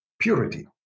Purity